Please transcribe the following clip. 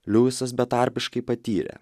liujisas betarpiškai patyrė